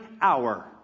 hour